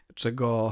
czego